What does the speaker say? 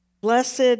Blessed